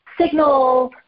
signal